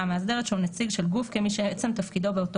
המאסדרת שהוא נציג של גוף כמי שמעצם תפקידו באותו